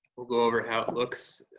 we'll go over how it looks.